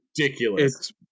ridiculous